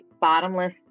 bottomless